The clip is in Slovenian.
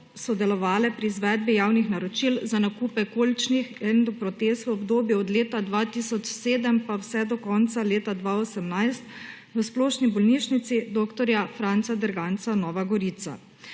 sodelovale pri izvedbi javnih naročil za nakupe kolčnih endoprotez v obdobju od leta 2007 pa vse do konca leta 2018 v Splošni bolnišnici dr. Franca Derganca Nova Gorica.